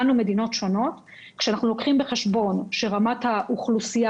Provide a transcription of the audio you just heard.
כשאנחנו לוקחים בחשבון שרמת האוכלוסייה